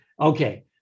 Okay